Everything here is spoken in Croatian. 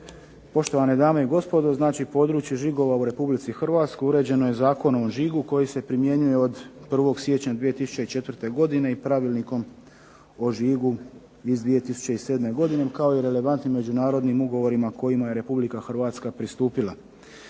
Poštovane dame i gospodo. Znači područje žigova u Republici Hrvatskoj uređeno je Zakonom o žigu koji se primjenjuje od 1. siječnja 2004. godine i Pravilnikom o žigu iz 2007. godine, kao i relevantnim međunarodnim ugovorima kojima je Republika Hrvatska pristupila.